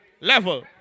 Level